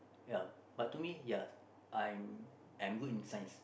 ya but to me ya I am good in Science